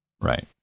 Right